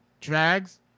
drags